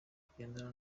kugendana